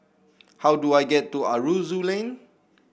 how do I get to Aroozoo Lane